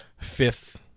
fifth